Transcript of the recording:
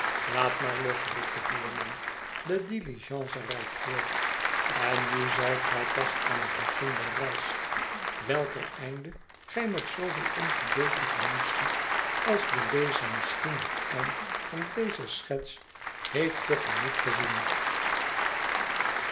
laat maar los t roept de voerman de diligence rijdt voort en nu zijt gij pas aan het begin der reis welker einde gij met zooveel ongeduld te gemoet ziet als de lezer misschien het eind van deze schets heeft te gemoet gezien